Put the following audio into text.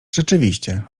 rzeczywiście